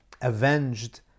avenged